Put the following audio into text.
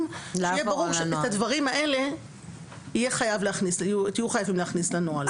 שיהיה ברור שאת הדברים האלה תהיו חייבים להכניס לנוהל.